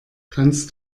kannst